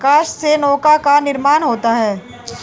काष्ठ से नौका का निर्माण होता है